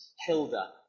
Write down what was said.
Hilda